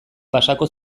pasako